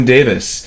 Davis